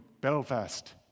Belfast